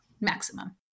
maximum